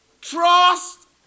Trust